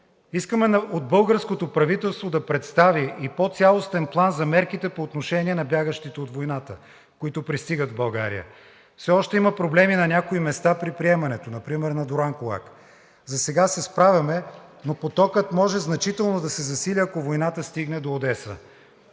Искаме от българското правителство да представи и по-цялостен план за мерките по отношение на бягащите от войната, които пристигат в България. Все още има проблеми на някои места при приемането – например на Дуранкулак. Засега се справяме, но потокът може значително да се засили, ако войната стигне до Одеса,